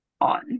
on